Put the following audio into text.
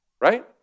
right